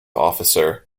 officer